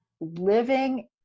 living